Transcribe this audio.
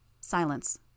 Silence